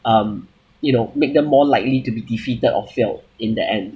um you know make them more likely to be defeated or failed in the end